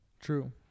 True